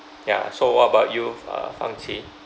ya so what about you uh fangchi